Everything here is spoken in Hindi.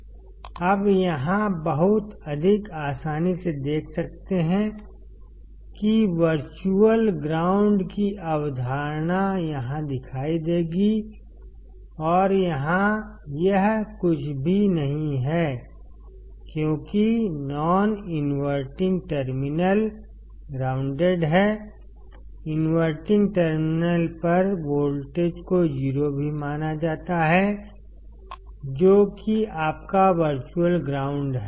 अब यहाँ आप बहुत आसानी से देख सकते हैं कि वर्चुअल ग्राउंड की अवधारणा यहाँ दिखाई देगी और यहाँ यह कुछ भी नहीं है क्योंकि नॉन इनवर्टिंग टर्मिनल ग्राउंडेड है इनवर्टिंग टर्मिनल पर वोल्टेज को 0 भी माना जाता है जो कि आपका वर्चुअल ग्राउंड है